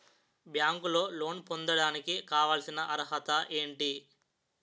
బ్యాంకులో లోన్ పొందడానికి కావాల్సిన అర్హత ఏంటి?